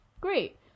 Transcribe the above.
Great